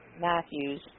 Matthews